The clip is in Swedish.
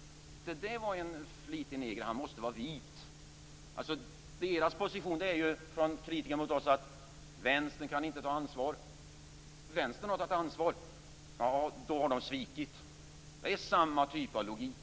- Det där var en flitig neger. Han måste vara vit. De som är kritiska mot oss intar positionen: Vänstern kan inte ta ansvar. Vänstern har tagit ansvar. Då har de svikit. Det är samma typ av logik.